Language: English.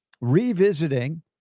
revisiting